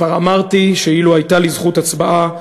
כבר אמרתי שאילו הייתה לי זכות הצבעה,